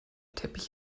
teppich